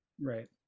Right